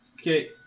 Okay